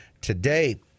today